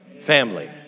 family